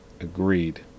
Agreed